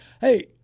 Hey